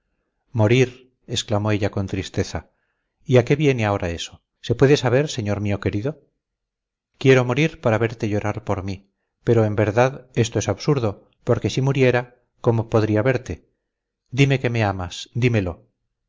morir exclamó ella con tristeza y a qué viene ahora eso se puede saber señor mío querido quiero morir para verte llorar por mí pero en verdad esto es absurdo porque si muriera cómo podría verte dime que me amas dímelo